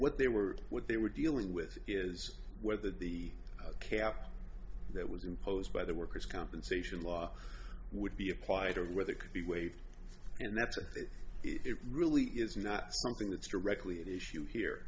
what they were what they were dealing with is whether the cap that was imposed by the worker's compensation law would be applied or whether it could be waived and that's what it really is not something that's directly at issue here